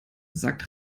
sagt